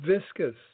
viscous